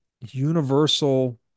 universal